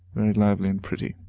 very lively and pretty,